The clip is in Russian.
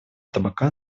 табака